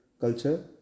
culture